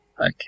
Okay